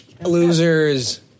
losers